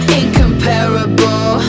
incomparable